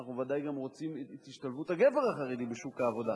ואנחנו ודאי רוצים גם את השתלבות הגבר החרדי בשוק העבודה,